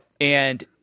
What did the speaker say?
And-